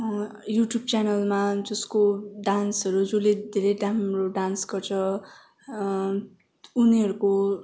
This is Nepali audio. युट्युब च्यानलमा जसको डान्सहरू जसले धेरै राम्रो डान्स गर्छ उनीहरूको